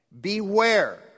Beware